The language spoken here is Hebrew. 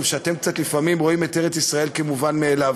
שאתם לפעמים קצת רואים את ארץ-ישראל כמובן מאליו,